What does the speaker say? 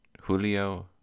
Julio